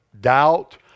doubt